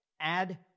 Add